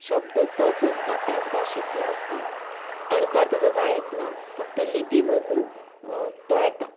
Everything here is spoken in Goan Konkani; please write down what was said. शब्द तोच आसता त्याच भाशेंतलो आसता अणकार ताचो जायच ना फक्त लिपी बदलून तो येता